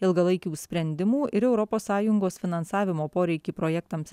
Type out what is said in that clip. ilgalaikių sprendimų ir europos sąjungos finansavimo poreikį projektams